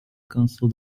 cancel